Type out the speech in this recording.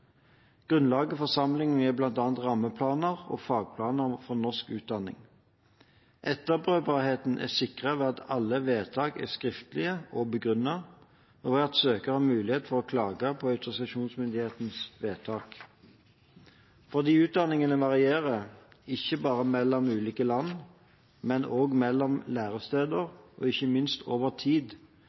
Grunnlaget for sammenligningen er bl.a. rammeplaner og fagplaner for norsk utdanning. Etterprøvbarheten er sikret ved at alle vedtak er skriftlige og begrunnet, og ved at søker har mulighet for å klage på autorisasjonsmyndighetens vedtak. Fordi utdanningene varierer, ikke bare mellom ulike land, men også mellom læresteder og ikke minst over tid,